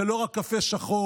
זה לא רק קפה שחור,